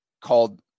called –